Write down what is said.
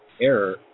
error